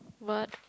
word